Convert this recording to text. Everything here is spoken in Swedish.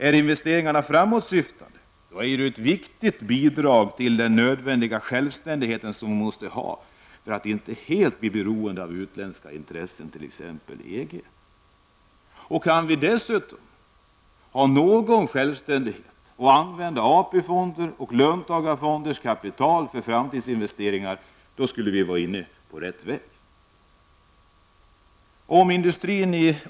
Är investeringarna framåtsyftande, då är de ett viktigt bidrag till den nödvändiga självständighet, som vi måste ha för att inte bli helt beroende av utländska intressen, t.ex. EG. Kan vi dessutom ha någon självständighet och använda AP-fonders och löntagarfonders kapital för framtidsinvesteringar, då skulle vi vara inne på rätt väg.